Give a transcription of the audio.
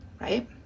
right